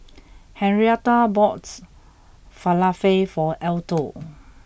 Henrietta boughts Falafel for Alto